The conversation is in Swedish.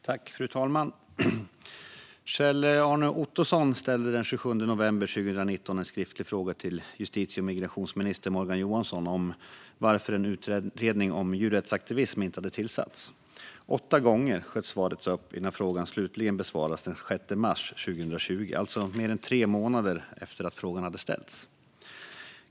Fru talman! Kjell-Arne Ottosson ställde den 27 november 2019 en skriftlig fråga till justitie och migrationsminister Morgan Johansson om varför en utredning om djurrättsaktivism inte hade tillsatts. Åtta gånger sköts svaret upp innan frågan slutligen besvarades den 6 mars 2020, alltså mer än tre månader efter att den hade ställts.